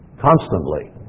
constantly